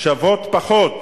שוות פחות